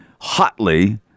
hotly